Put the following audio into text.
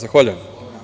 Zahvaljujem.